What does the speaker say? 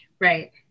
Right